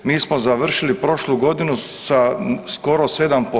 Mi smo završili prošlu godinu sa skoro 7%